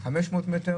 500 מ',